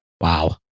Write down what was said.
wow